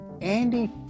Andy